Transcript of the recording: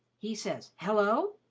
he says hello!